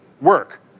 work